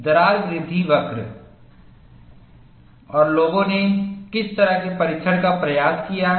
दरार वृद्धि वक्र और लोगों ने किस तरह के परीक्षण का प्रयास किया है